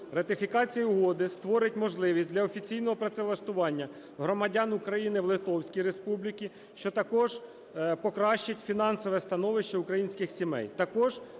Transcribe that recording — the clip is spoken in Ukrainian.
Ратифікація угоди створить можливість для офіційного працевлаштування громадян України в Литовській Республіці, що також покращить фінансове становище українських сімей.